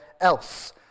else